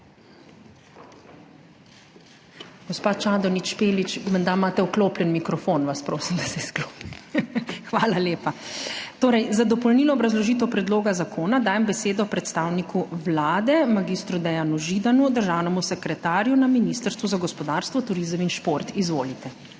Gospa Čadonič Špelič, menda imate vklopljen mikrofon, vas prosim, da se izklopite. Hvala lepa. Torej za dopolnilno obrazložitev predloga zakona dajem besedo predstavniku Vlade, mag. Dejanu Židanu, državnemu sekretarju na Ministrstvu za gospodarstvo, turizem in šport. Izvolite.